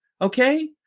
Okay